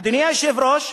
אדוני היושב-ראש,